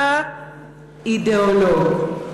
אתה אידיאולוג,